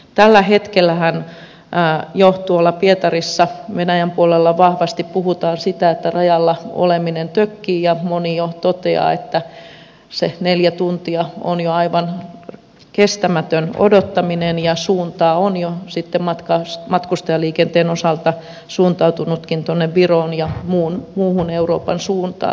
tällä hetkellähän jo tuolla pietarissa venäjän puolella vahvasti puhutaan sitä että rajalla oleminen tökkii ja moni jo toteaa että se neljä tuntia on jo aivan kestämätön odottaminen ja suuntaa on jo sitten matkustajaliikenteen osalta suuntautunutkin tuonne viroon ja muun euroopan suuntaan